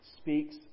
speaks